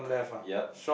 yea